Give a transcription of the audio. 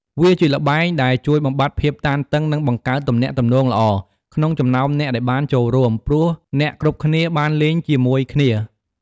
វាជាល្បែងដែលជួយបំបាត់ភាពតានតឹង និងបង្កើត ទំនាក់ទំនងល្អ ក្នុងចំណោមអ្នកដែលបានចូលរួម ព្រោះអ្នកគ្រប់គ្នាបានលេងជាមួយគ្នា។